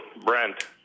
Brent